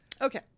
okay